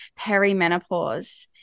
perimenopause